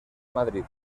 madrid